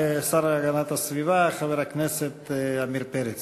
תודה לשר להגנת הסביבה חבר הכנסת עמיר פרץ.